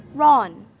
ron.